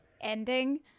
ending